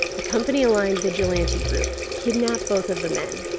a company-aligned vigilante group kidnapped both of the men,